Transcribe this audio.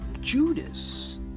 Judas